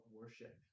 worship